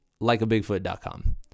likeabigfoot.com